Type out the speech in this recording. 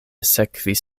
sekvis